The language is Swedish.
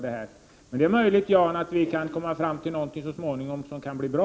Det är möjligt att vi så småningom kan komma fram till något som kan bli bra.